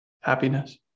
happiness